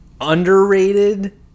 underrated